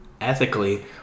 ethically